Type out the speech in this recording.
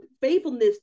faithfulness